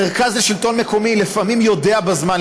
מרכז השלטון המקומי לפעמים יודע בזמן,